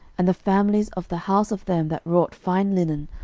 and the families of the house of them that wrought fine linen,